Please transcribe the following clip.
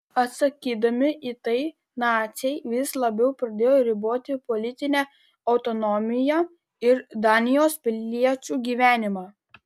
atsakydami į tai naciai vis labiau pradėjo riboti politinę autonomiją ir danijos piliečių gyvenimą